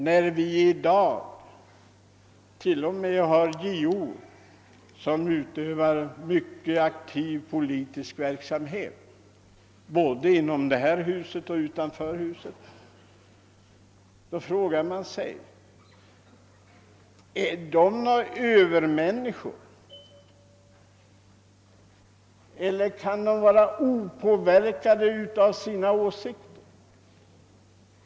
När i dag t.o.m. JO utövar mycket aktiv politisk verksamhet, både inom och utom detta hus, frågar man sig: Är ämbetsmännen något slags övermänniskor? Kan de vara opåverkade av sina åsikter?